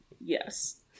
Yes